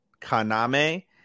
Kaname